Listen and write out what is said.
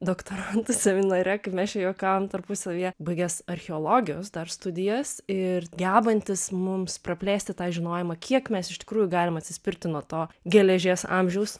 doktorantų seminare kaip mes čia juokavom tarpusavyje baigęs archeologijos dar studijas ir gebantis mums praplėsti tą žinojimą kiek mes iš tikrųjų galime atsispirti nuo to geležies amžiaus